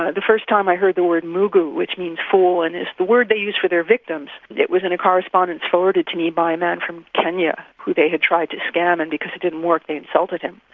ah the first time i heard the word mugu which means fool, and the word they use for their victims, it was in a correspondence forwarded to me by a man from kenya who they have tried to scam, and because it didn't work they insulted him.